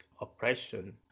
oppression